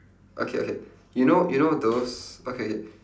okay okay you know you know those okay